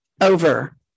over